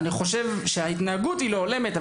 אני חושב שההתנהגות היא לא הולמת,